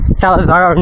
salazar